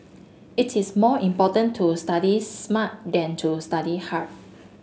it is more important to study smart than to study hard